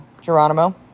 Geronimo